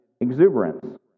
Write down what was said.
exuberance